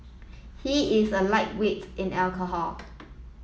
he is a lightweight in alcohol